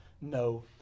no